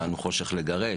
"באנו חושך לגרש",